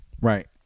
Right